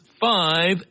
five